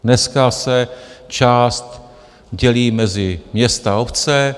Dneska se část dělí mezi města a obce.